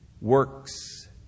works